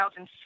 2006